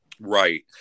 Right